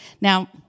Now